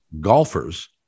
golfers